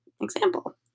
example